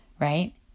Right